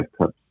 cups